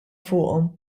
fuqhom